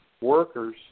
workers